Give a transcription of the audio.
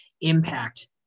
impact